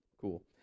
cool